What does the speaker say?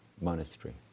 monastery